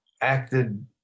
acted